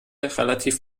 relativ